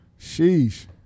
Sheesh